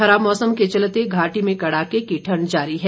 खराब मौसम के चलते घाटी में कड़ाके की ठंड जारी है